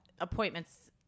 appointments